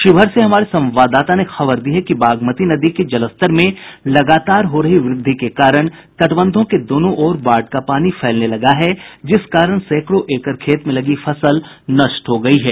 शिवहर से हमारे संवाददाता ने खबर दी है कि बागमती नदी के जलस्तर में लगातार हो रही वृद्धि के कारण तटबंधों के दोनों ओर बाढ़ का पानी फैलने लगा है जिस कारण सैंकड़ों एकड़ खेत में लगी फसल नष्ट हो गयी है